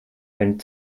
wenn